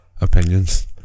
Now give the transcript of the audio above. opinions